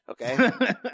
okay